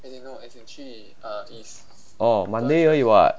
orh monday 而已 [what]